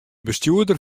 bestjoerder